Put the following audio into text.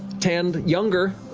tanned, younger,